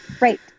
Right